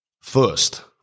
First